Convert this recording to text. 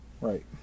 right